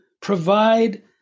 provide